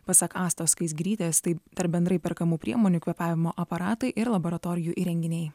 pasak astos skaisgirytės tai tarp bendrai perkamų priemonių kvėpavimo aparatai ir laboratorijų įrenginiai